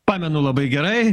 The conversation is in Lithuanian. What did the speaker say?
pamenu labai gerai